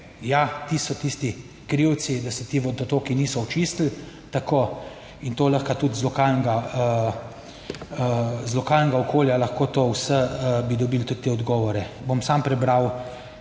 ti so tisti krivci, da se ti vodotoki niso očistili tako in to lahko tudi iz lokalnega okolja lahko to vse bi dobili tudi te odgovore.